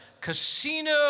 Casino